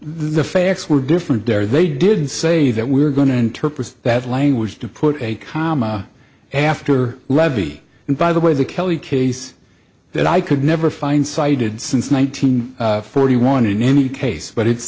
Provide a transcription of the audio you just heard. the facts were different there they did say that we're going to interpret that language to put a comma after levy and by the way the kelly case that i could never find cited since one thousand forty one in any case but it's